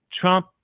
Trump